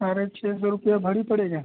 साढ़े छह सौ रुपया भरी पड़ेगा